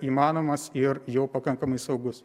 įmanomas ir jau pakankamai saugus